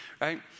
right